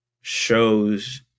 shows